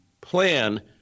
plan